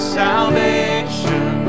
salvation